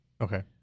Okay